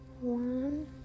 one